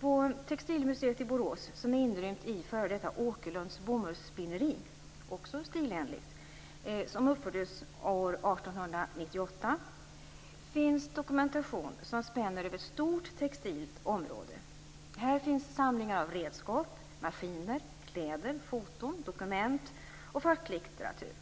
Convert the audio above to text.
På Textilmuseet i Borås, som stilenligt är inrymt i f.d. Åkerlunds Bomullsspinneri - uppfört år 1898 - finns dokumentation som spänner över ett stort textilt område. Här finns samlingar av redskap, maskiner, kläder, foton, dokument och facklitteratur.